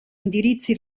indirizzi